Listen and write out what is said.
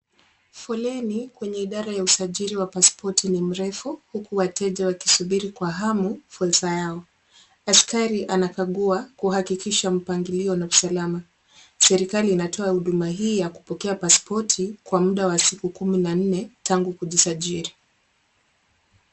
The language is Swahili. Foleni kwenye idara ya usajili wa pasipoti ni mrefu, huku wateja wakisubiri kwa hamu fursa yao. Askari anakagua kuhakikisha mpangilio na usalama. Serikali inatoa huduma hii ya kupokea pasipoti kwa muda wa siku kumi na nne tangu kujisajili.